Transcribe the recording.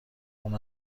اون